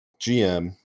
GM